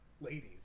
ladies